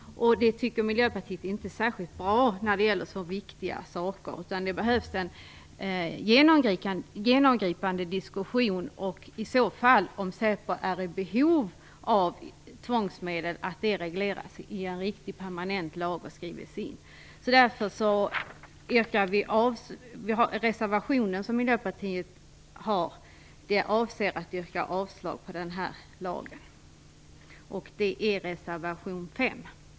Det tycker Miljöpartiet inte är särskilt bra när det gäller så viktiga saker. Det behövs en genomgripande diskussion, och om säpo är i behov av tvångsmedel bör detta skrivas in i och regleras i en riktig permanent lag. Yrkandet i Miljöpartiets reservation nr 5 avser avslag på det här förslaget till lag.